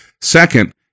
Second